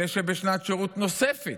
אלה שבשנת שירות נוספתף